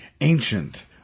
ancient